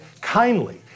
kindly